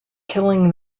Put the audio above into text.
killing